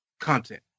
content